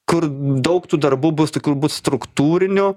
kur daug tų darbų bus tokių bus struktūrinių